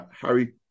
Harry